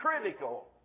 critical